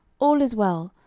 all is well.